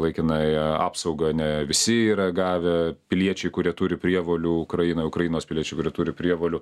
laikinąją apsaugą ne visi yra gavę piliečiai kurie turi prievolių ukrainoj ukrainos piliečiai kurie turi prievolių